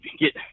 get